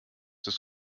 das